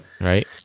Right